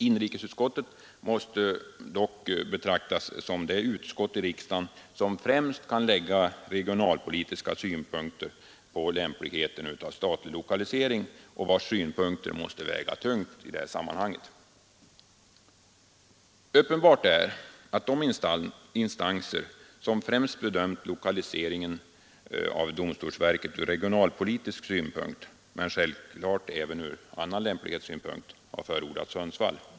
Inrikesutskottet måste dock betraktas som det utskott i riksdagen som främst kan lägga regionalpolitiska synpunkter på lämpligheten av statlig lokalisering och vars synpunkter måste väga tyngst i detta sammanhanget. Uppenbart är att de instanser, som främst bedömt lokaliseringen av domstolsverket ur regionalpolitisk synpunkt — men självklart även ur annan lämplighetssynpunkt — har förordat Sundsvall.